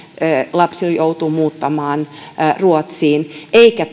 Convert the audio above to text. lapsi joutuu muuttamaan ruotsiin eikä